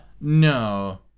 No